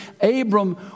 Abram